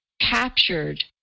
captured